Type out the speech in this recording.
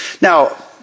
Now